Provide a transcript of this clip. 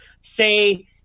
say